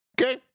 okay